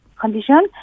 condition